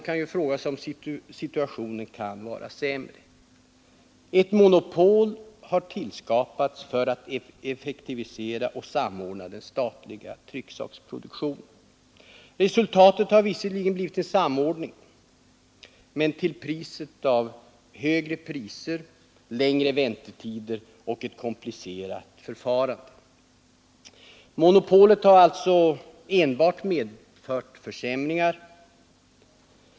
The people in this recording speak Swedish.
Man kan fråga sig om situationen kan vara sämre: ett monopol har tillskapats för att effektivisera och samordna den statliga trycksaksproduktionen. Resultatet har visserligen blivit en samordning — men det har lett till högre priser, längre väntetider och ett komplicerat förfarande. Monopolet har alltså enbart medfört försämringar.